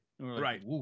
Right